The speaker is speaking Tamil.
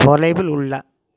தொலைவில் உள்ள